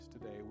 today